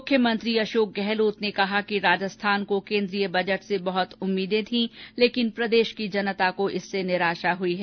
मुख्यमंत्री अशोक गहलोत ने कहा कि राजस्थान को केन्द्रीय बजट से बहुत उम्मीदें थी लेकिन प्रदेश की जनता को इससे निराशा हुई है